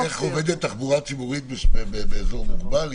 האם יש תוכניות איך עובדת תחבורה ציבורית באזור מוגבל,